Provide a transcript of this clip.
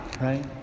right